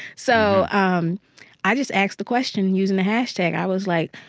so um i just asked the question using the hashtag. i was like,